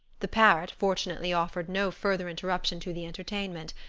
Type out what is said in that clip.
the parrot fortunately offered no further interruption to the entertainment,